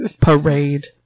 parade